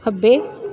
ਖੱਬੇ